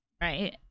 right